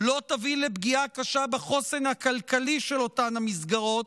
לא תביא לפגיעה קשה בחוסן הכלכלי של אותן מסגרות,